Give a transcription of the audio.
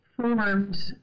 formed